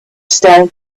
staring